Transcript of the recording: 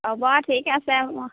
হ'ব আৰু ঠিক আছে আৰু ন